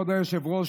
כבוד היושב-ראש,